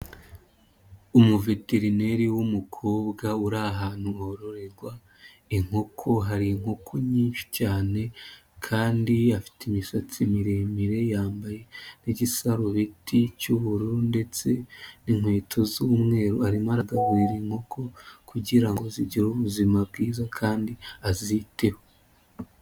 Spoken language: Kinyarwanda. Umuveterineri w'umukobwa uri ahantu hororerwa inkoko hari inkoko nyinshi cyane kandi afite imisatsi miremire yambaye nk'igisarubiti cy'ubururu ndetse n'inkweto z'umweru arimo agaterara inkoko kugirango zigire ubuzima bwiza kandi aziteho.